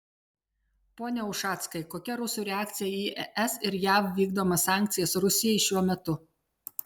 pone ušackai kokia rusų reakcija į es ir jav vykdomas sankcijas rusijai šiuo metu